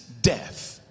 death